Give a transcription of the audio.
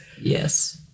Yes